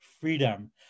freedom